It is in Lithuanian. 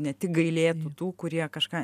ne tik gailėti tų kurie kažką